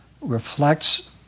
reflects